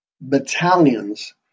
battalions